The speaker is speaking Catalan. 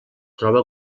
troba